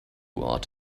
ought